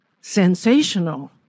sensational